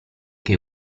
che